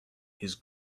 his